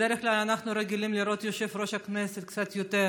בדרך כלל אנחנו רגילים לראות את יושב-ראש הכנסת קצת יותר